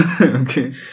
okay